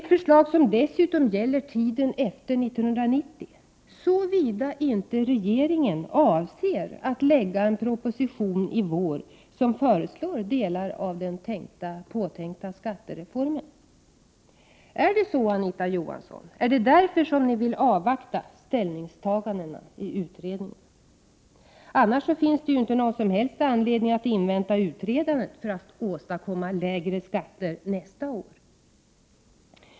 Det är dessutom förslag som gäller tiden efter 1990 — såvida inte regeringen avser att lägga fram en proposition i vår med förslag i delar av den påtänkta skattereformen. Är det så, Anita Johansson? Är det därför som ni socialdemokrater vill avvakta ställningstagandena i utredningen? Annars finns det inte någon som helst anledning att invänta utredandet för att åstadkomma lägre skatter nästa år.